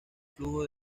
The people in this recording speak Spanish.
flujo